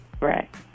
Right